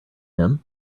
him